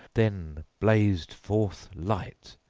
then blazed forth light.